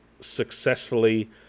successfully